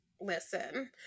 listen